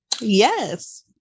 yes